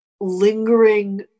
lingering